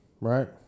right